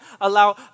allow